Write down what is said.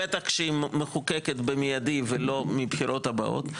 בטח כשמחוקקת מיידית ולא מהבחירות הבאות,